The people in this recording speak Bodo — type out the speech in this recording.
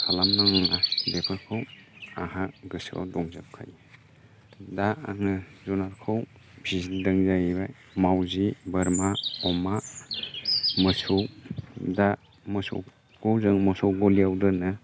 खालामनाङा बेफोरखौ आंहा गोसोआव दंजोबखायो दा आङो जुनारखौ फिसिदों जाहैबाय मावजि बोरमा अमा मोसौ दा मोसौखौ जों मोसौ गलिआव दोनो